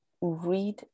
read